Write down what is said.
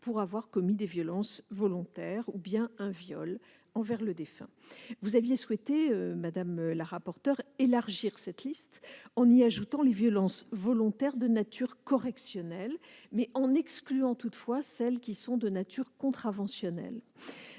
pour avoir commis des violences volontaires ou un viol envers le défunt. Vous aviez souhaité, madame la rapporteure, élargir cette liste en y ajoutant les violences volontaires de nature correctionnelle, en excluant toutefois celles qui sont de nature contraventionnelle.